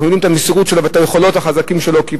ואנחנו יודעים את המסירות שלו ואת היכולות החזקות שלו,